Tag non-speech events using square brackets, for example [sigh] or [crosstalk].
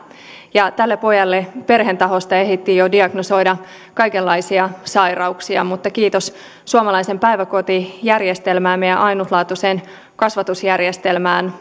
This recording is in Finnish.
tälle pojalle perheen taholta ehdittiin jo jo diagnosoida kaikenlaisia sairauksia mutta kiitos suomalaisen päiväkotijärjestelmän meidän ainutlaatuisen kasvatusjärjestelmän [unintelligible]